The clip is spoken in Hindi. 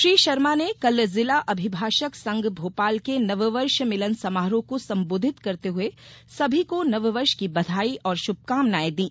श्री शर्मा ने कल जिला अभिभाषक संघ भोपाल के नववर्ष मिलन समारोह को संबोधित करते हुए सभी को नव वर्ष की बधाई और शुभकामनाएं दी